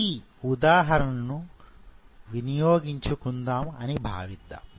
ఈ ఉదాహరణను వినియోగించుకుందాం అని భావిద్దాం